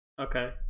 Okay